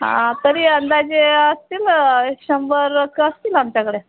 तरी अंदाजे असतील शंभर लोक असतील आमच्याकडे